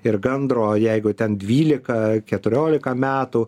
ir gandro jeigu ten dvylika keturiolika metų